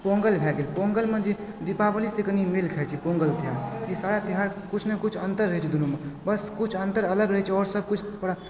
पोङ्गल भए गेल पोङ्गलमे जे दीपावलीसँ मेल खाइत छै पोङ्गलके ई सारा त्यौहार किछु ने किछु अन्तर रहै छै दुनूमे बस किछु अन्तर रहै छै आओर सब किछु परम्परा